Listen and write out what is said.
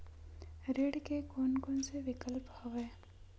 ऋण के कोन कोन से विकल्प हवय?